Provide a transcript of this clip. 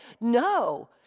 no